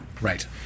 right